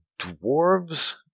dwarves